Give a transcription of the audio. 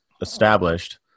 established